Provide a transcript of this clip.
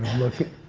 look at